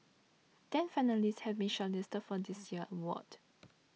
ten finalists have been shortlisted for this year's award